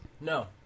No